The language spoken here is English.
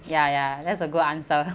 ya ya that's a good answer